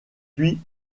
puis